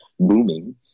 booming